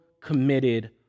committed